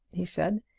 he said,